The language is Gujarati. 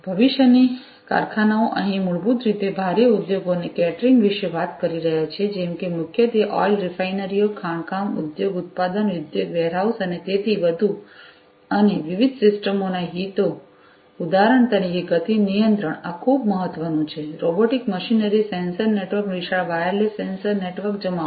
ભવિષ્યની કારખાનાઓ અહીં મૂળભૂત રીતે ભારે ઉદ્યોગોને કેટરિંગ વિશે વાત કરી રહ્યા છીએ જેમ કે મુખ્યત્વે ઓઇલ રિફાઇનરીઓ ખાણકામ ઉદ્યોગ ઉત્પાદન ઉદ્યોગ વેરહાઉસ અને તેથી વધુ અને વિવિધ સિસ્ટમોના હિતો ઉદાહરણ તરીકે ગતિ નિયંત્રણ આ ખૂબ મહત્વનું છે રોબોટિક મશીનરી સેન્સર નેટવર્ક વિશાળ વાયરલેસ સેન્સર નેટવર્ક જમાવટ